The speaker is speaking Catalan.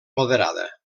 moderada